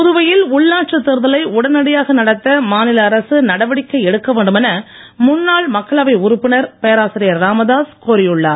புதுவையில் உள்ளாட்சித் தேர்தலை உடனடியாக நடத்த மாநில அரசு நடவடிக்கை எடுக்க வேண்டும் என முன்னாள் மக்களவை உறுப்பினர் பேராசிரியர் ராமதாஸ் கோரியுள்ளார்